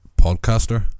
podcaster